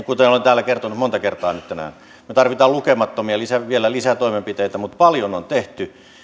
kuten olen täällä kertonut monta kertaa nyt tänään me tarvitsemme vielä lukemattomia lisätoimenpiteitä paljon on tehty